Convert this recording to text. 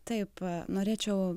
taip norėčiau